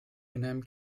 einem